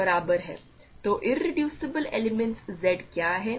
तो irreducible elements Z क्या हैं